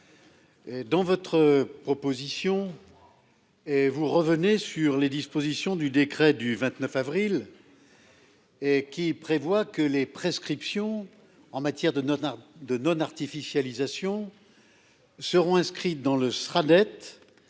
Dans votre proposition. Et vous revenez sur les dispositions du décret du 29 avril. Et qui prévoit que les prescriptions en matière de Nona de non-artificialisation. Seront inscrites dans le sera